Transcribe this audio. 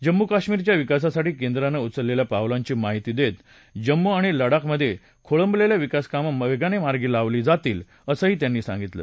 जम्मू काश्मीरच्या विकासासाठी केंद्रानं उचलेल्या पावलांची माहिती देत जम्मू आणि लडाखमधे खोळंबलेली विकासकामं वेगानं मार्गीं लावली जातील असं त्यांनी सांगितल